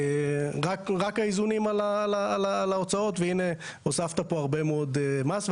רק האיזונים על ההוצאות והנה הוספת פה הרבה מאוד מס.